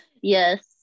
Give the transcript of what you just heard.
Yes